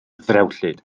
ddrewllyd